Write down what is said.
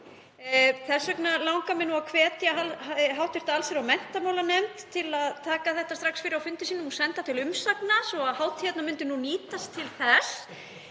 Þess vegna langar mig að hvetja hv. allsherjar- og menntamálanefnd til að taka málið strax fyrir á fundi sínum og senda til umsagnar svo að hátíðarnar nýtist til þess.